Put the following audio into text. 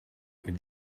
mit